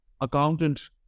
accountant